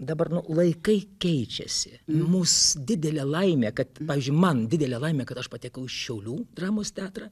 dabar nu laikai keičiasi mūs didelė laimė kad pavyzdžiui man didelė laimė kad aš patekau į šiaulių dramos teatrą